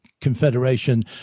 Confederation